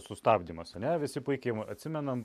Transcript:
sustabdymas a ne visi puikiai atsimenam